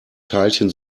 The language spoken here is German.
teilchen